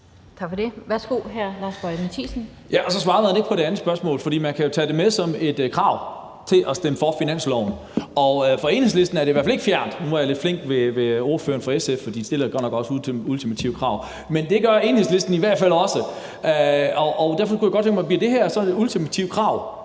Mathiesen. Kl. 16:01 Lars Boje Mathiesen (NB): Ja, og så svarede man ikke på det andet spørgsmål. Man kan jo tage det med som et krav for at stemme for finansloven. For Enhedslisten ligger det i hvert fald ikke fjernt. Nu var jeg lidt flink ved ordføreren for SF, for de stiller godt nok også ultimative krav, men det gør Enhedslisten i hvert fald også, og derfor kunne jeg tænke mig at høre, om det her så bliver et ultimativt krav,